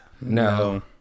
No